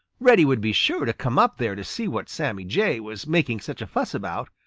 reddy would be sure to come up there to see what sammy jay was making such a fuss about.